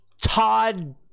Todd